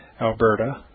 Alberta